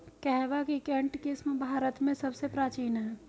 कहवा की केंट किस्म भारत में सबसे प्राचीन है